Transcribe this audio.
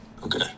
Okay